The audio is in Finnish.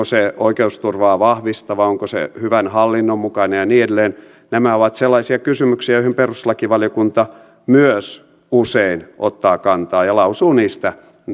se oikeusturvaa vahvistava onko se hyvän hallinnon mukainen ja niin edelleen ovat sellaisia kysymyksiä joihin perustuslakivaliokunta myös usein ottaa kantaa ja lausuu niistä